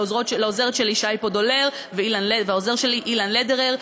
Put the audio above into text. לעוזרת שלי שי פודולר ולעוזר שלי אילן לדרר.